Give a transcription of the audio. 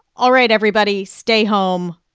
all right, everybody stay home.